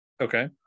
Okay